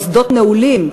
מוסדות נעולים,